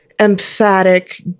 emphatic